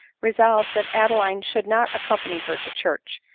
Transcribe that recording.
resolved that adeline should not accompany her to church,